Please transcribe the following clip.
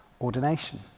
ordination